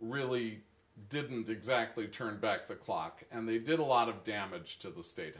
really didn't exactly turn back the clock and they did a lot of damage to the state